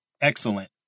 Excellent